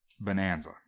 bonanza